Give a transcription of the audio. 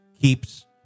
keeps